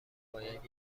باید